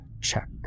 Check